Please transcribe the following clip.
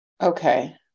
Okay